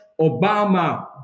Obama